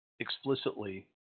explicitly